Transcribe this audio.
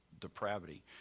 depravity